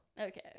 Okay